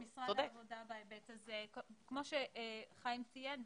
כמו שחיים ציין,